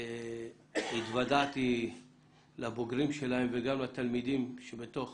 התוודעתי לבוגרים שלהם וגם לתלמידים שבתוך